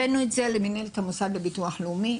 הבאנו את זה למנהלת המוסד לביטוח לאומי,